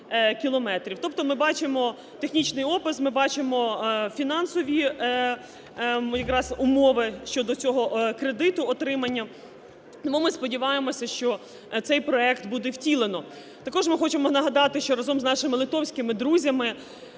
Тобто ми бачимо технічний опис, ми бачимо фінансові якраз умови щодо цього кредиту, отримання. Тому ми сподіваємося, що цей проект буде втілено. Також ми хочемо нагадати, що разом з нашими литовськими друзями